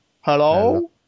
Hello